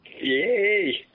Yay